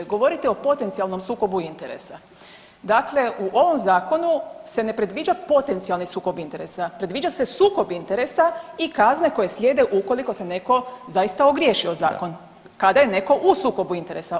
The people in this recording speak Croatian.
Govorite o potencijalnom sukobu interesa, dakle u ovom zakonu se ne predviđa potencijalni sukob interesa, predviđa se sukob interesa i kazne koje slijede ukoliko se netko zaista ogriješi o zakon kada je netko u sukobu interesa.